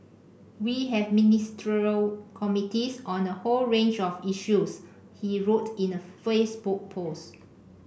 we have Ministerial Committees on a whole range of issues he wrote in a Facebook post